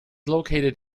located